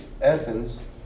essence